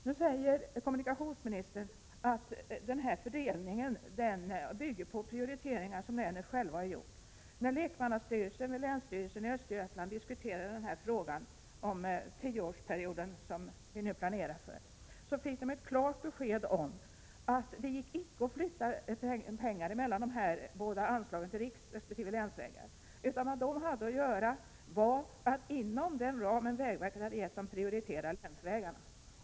Nu säger kommunikationsministern att den här fördelningen bygger på prioriteringar som länen själva har gjort. Men när lekmannastyrelsen vid länsstyrelsen i Östergötland diskuterade den tioårsperiod som vi nu planerar för fick man ett klart besked om att det icke gick att flytta pengar mellan anslagen för riksvägar resp. länsvägar. Vad man hade att göra var i stället att 59 inom den ram som vägverket fastställt prioritera länsvägarna.